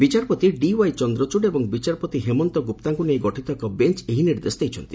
ବିଚାରପତି ଡିୱାଇ ଚନ୍ଦ୍ରଚଡ଼ ଏବଂ ବିଚାରପତି ହେମନ୍ତ ଗୁପ୍ତାଙ୍କୁ ନେଇ ଗଠିତ ଏକ ବେଞ୍ଚ୍ ଏହି ନିର୍ଦ୍ଦେଶ ଦେଇଛନ୍ତି